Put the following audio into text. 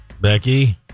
Becky